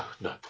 no